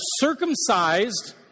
circumcised